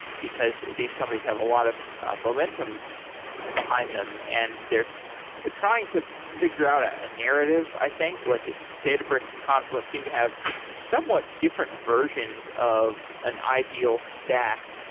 because these companies have a lot of momentum behind them. and they're ah trying to figure out a a narrative, i think. like databricks and confluent seem to have somewhat different versions of an ideal stack.